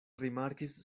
rimarkis